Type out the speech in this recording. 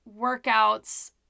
workouts